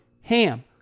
HAM